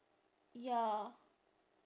ya